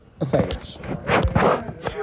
affairs